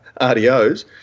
RDOs